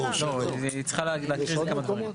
לא, היא צריכה להקריא כמה דברים.